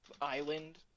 island